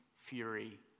fury